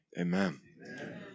Amen